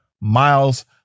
Miles